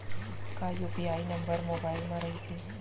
का UPI number mobile म रहिथे?